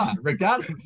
regardless